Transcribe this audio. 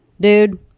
Dude